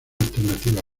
alternativa